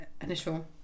initial